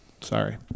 Sorry